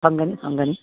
ꯐꯪꯒꯅꯤ ꯐꯪꯒꯅꯤ